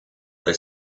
they